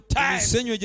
time